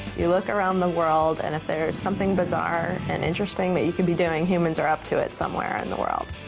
you look around the world, and if there is something bizarre and interesting that you could be doing, humans are up to it somewhere in the world.